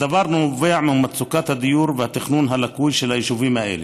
הדבר נובע ממצוקת הדיור ומהתכנון הלקוי של היישובים האלה.